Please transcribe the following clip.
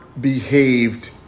behaved